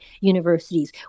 universities